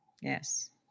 Yes